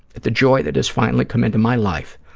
at the joy that has finally come into my life.